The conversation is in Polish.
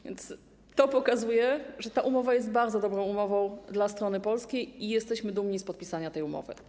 A więc to pokazuje, że ta umowa jest bardzo dobrą umową dla strony polskiej, i jesteśmy dumni z podpisania tej umowy.